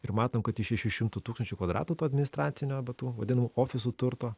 ir matom kad iš šešių šimtų tūkstančių kvadratų to administracinio va tų vadinamų ofisų turto